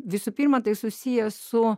visų pirma tai susiję su